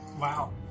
Wow